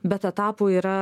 bet etapų yra